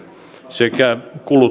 sekä